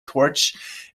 torch